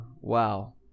Wow